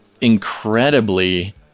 incredibly